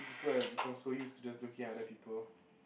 people have become so used to just looking at other people